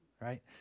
right